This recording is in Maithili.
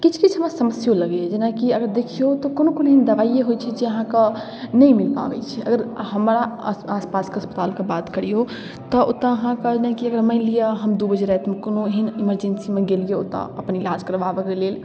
किछु किछु हमरा समस्यो लगैए जेनाकि अगर देखिऔ तऽ कोनो कोनो एहन दवाइए होइ छै जे अहाँके नहि मिल पाबै छै अगर हमरा आसपासके अस्पतालके बात करिऔ तऽ ओतऽ अहाँके जेनाकि अहाँके मानि लिअऽ हम दुइ बजे रातिमे कोनो एहन इमरजेन्सीमे गेलिए ओतऽ अपन इलाज करबाबैके लेल